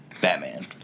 Batman